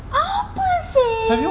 apa seh